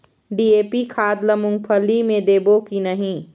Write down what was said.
DAP खाद ला मुंगफली मे देबो की नहीं?